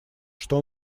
что